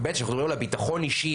וב' כשאנחנו מדברים על הביטחון האישי,